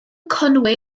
conwy